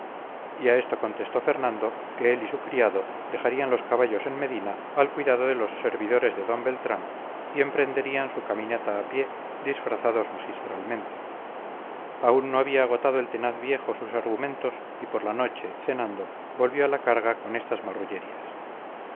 a esto contestó fernando que él y su criado dejarían los caballos en medina al cuidado de los servidores de d beltrán y emprenderían su caminata a pie disfrazados magistralmente aún no había agotado el tenaz viejo sus argumentos y por la noche cenando volvió a la carga con estas marrullerías